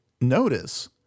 Notice